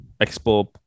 expo